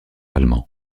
allemand